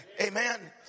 amen